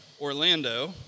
Orlando